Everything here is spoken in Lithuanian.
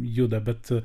juda bet